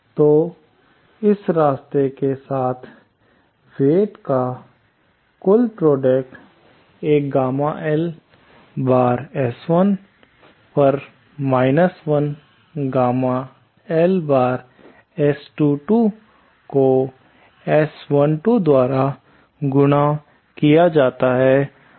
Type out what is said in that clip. तो इस रास्ते के साथ वेईट का कुल प्रोडक्ट एक गामा L बार S21 पर 1 माइनस गामा L बार S22 को S12 द्वारा गुणा किया जाता है